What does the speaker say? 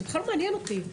זה בכלל לא מעניין אותי.